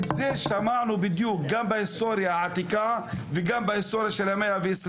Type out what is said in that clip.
את זה שמענו בדיוק גם בהיסטוריה העתיקה וגם בהיסטוריה של המאה ה-20.